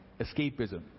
Escapism